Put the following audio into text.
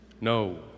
No